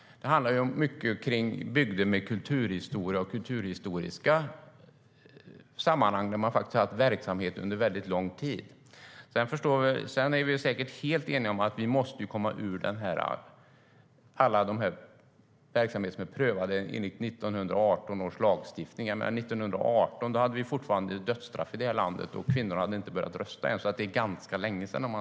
Det handlar mycket om bygder med kulturhistoria och kulturhistoriska sammanhang där man har haft verksamhet under lång tid. Sedan är vi säkert helt eniga om att vi måste komma bort från alla verksamheter som är prövade enligt 1918 års lagstiftning. År 1918 hade vi fortfarande dödsstraff i det här landet, och kvinnor hade inte börjat rösta ännu. Det är alltså ganska länge sedan.